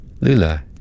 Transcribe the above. Lula